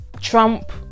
Trump